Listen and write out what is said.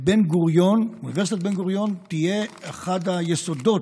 אוניברסיטת בן-גוריון תהיה אחד היסודות,